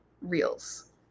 reels